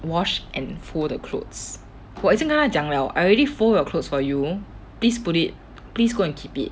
wash and fold the clothes 我已经跟他讲了 I already fold your clothes for you please put it please go and keep it